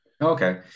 Okay